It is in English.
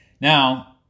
Now